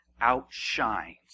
outshines